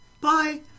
Bye